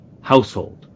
household